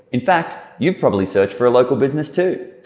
in fact you've probably searched for a local business too.